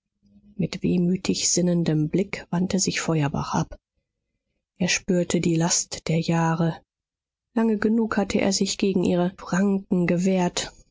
mit wehmütig sinnendem blick wandte sich feuerbach ab er spürte die last der jahre lange genug hatte er sich gegen ihre pranken gewehrt